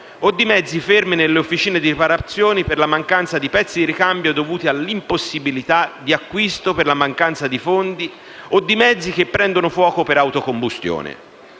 o di mezzi fermi nelle officine di riparazione per l'assenza di pezzi di ricambio, dovuta all'impossibilità di acquisto per la mancanza di fondi, o di mezzi che prendono fuoco per autocombustione.